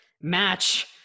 match